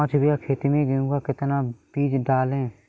पाँच बीघा खेत में गेहूँ का कितना बीज डालें?